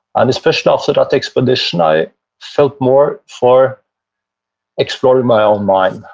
and especially after that expedition i felt more for exploring my own mind,